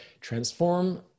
Transform